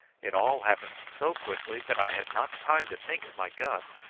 it all happened so quickly that i had not time to think of my gun,